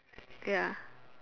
ya